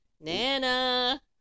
Nana